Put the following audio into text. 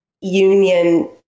union